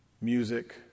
music